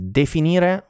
definire